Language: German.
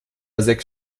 sechs